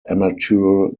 amateur